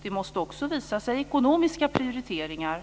Det måste också visa sig i ekonomiska prioriteringar.